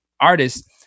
artists